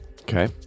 Okay